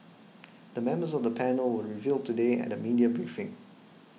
the members of the panel were revealed today at a media briefing